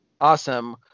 Awesome